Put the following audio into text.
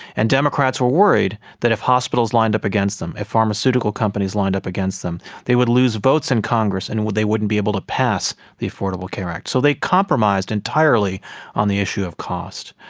and democrats were worried that if hospitals lined up against them, if pharmaceutical companies lined up against them they would lose votes in congress and they wouldn't be able to pass the affordable care act. so they compromised entirely on the issue of cost.